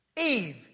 Eve